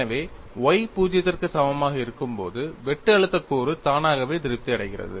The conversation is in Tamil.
எனவே y 0 க்கு சமமாக இருக்கும்போது வெட்டு அழுத்தக் கூறு தானாகவே திருப்தி அடைகிறது